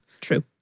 True